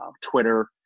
Twitter